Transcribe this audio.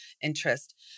interest